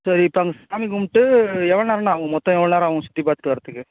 சரி இப்போ அங்கே சாமி கும்மிட்டு எவ்வளோ நேரம்ண்ணா ஆகும் மொத்தம் எவ்வளோ நேரம் ஆகும் சுற்றி பார்த்துட்டு வரத்துக்கு